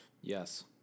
Yes